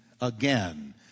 again